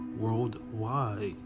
worldwide